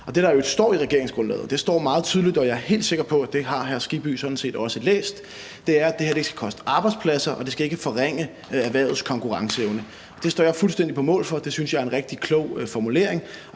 og det står meget tydeligt, og jeg er helt sikker på, at det har hr. Hans Kristian Skibby sådan set også læst, er, at det her ikke skal koste arbejdspladser og ikke skal forringe erhvervets konkurrenceevne. Det står jeg fuldstændig på mål for. Det synes jeg er en rigtig klog formulering,